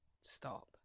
stop